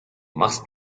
machst